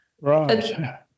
Right